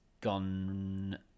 gone